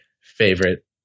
favorite